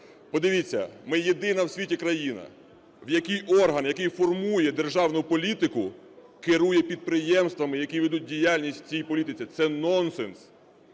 Подивіться, ми єдина в світі країна, в якій орган, який формує державну політику, керує підприємствами, які ведуть діяльність у цій політиці. Це нонсенс.